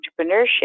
entrepreneurship